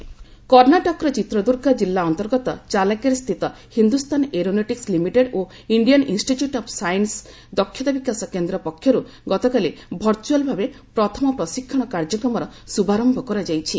skill development କର୍ଣ୍ଣାଟକର ଚିତ୍ରଦୂର୍ଗା ଜିଲ୍ଲା ଅନ୍ତର୍ଗତ ଚାଲାକେରେ ସ୍ଥିତ ହିନ୍ଦୁସ୍ଥାନ ଏରୋନଟିକ୍ସ ଲିମିଟେଡ୍ ଓ ଇଣ୍ଡିଆନ୍ ଇଷ୍ଟିଚ୍ୟୁଟ୍ ଅଫ୍ ସାଇନ୍ସ୍ ଦକ୍ଷତା ବିକାଶ କେନ୍ଦ୍ର ପକ୍ଷରୁ ଗତକାଲି ଭଚୁଆଲ୍ ଭାବେ ପ୍ରଥମ ପ୍ରଶିକ୍ଷଣ କାର୍ଯ୍ୟକ୍ରମର ଶୁଭାର୍ୟ କରାଯାଇଛି